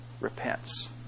repents